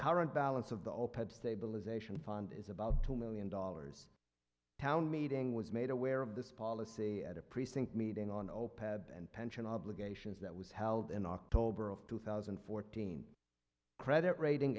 current balance of the open stabilization fund is about two million dollars town meeting was made aware of this policy at a precinct meeting on zero pad and pension obligations that was held in october of two thousand and fourteen credit rating